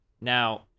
Now